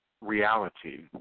reality